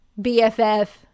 BFF